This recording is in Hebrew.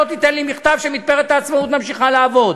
שלא תיתן לי מכתב שמתפרת "העצמאות" ממשיכה לעבוד.